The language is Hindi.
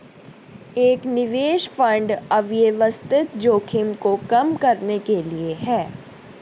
एक निवेश फंड अव्यवस्थित जोखिम को कम करने के लिए है